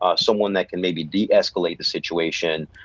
ah someone that can maybe de escalate the situation.